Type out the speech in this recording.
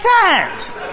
times